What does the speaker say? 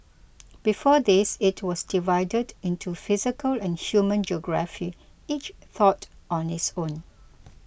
before this it was divided into physical and human geography each taught on its own